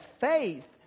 faith